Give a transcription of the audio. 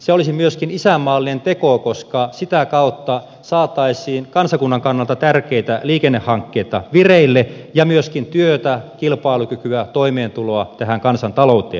se olisi myöskin isänmaallinen teko koska sitä kautta saataisiin kansakunnan kannalta tärkeitä liikennehankkeita vireille ja myöskin työtä kilpailukykyä toimeentuloa tähän kansantalouteen